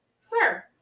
Sir